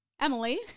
Emily